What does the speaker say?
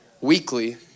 weekly